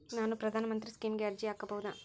ನಾನು ಪ್ರಧಾನ ಮಂತ್ರಿ ಸ್ಕೇಮಿಗೆ ಅರ್ಜಿ ಹಾಕಬಹುದಾ?